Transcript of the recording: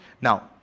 Now